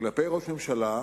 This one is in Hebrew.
כלפי ראש ממשלה,